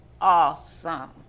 awesome